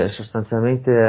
sostanzialmente